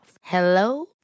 Hello